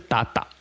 Tata